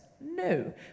No